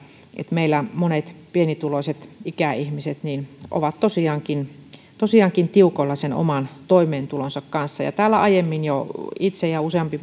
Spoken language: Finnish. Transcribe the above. meillä monet pienituloiset ikäihmiset ovat tosiaankin tosiaankin tiukoilla sen oman toimeentulonsa kanssa täällä aiemmin jo itse nostin ja useampi